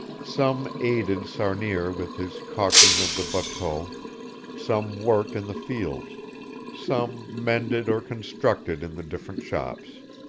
some aided sarnier with his calking of the bateaux some worked in the fields some mended or constructed in the different shops.